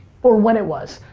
or when it was,